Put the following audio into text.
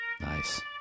Nice